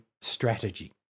strategy